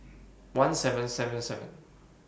one seven seven seven